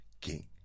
king